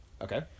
Okay